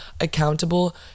accountable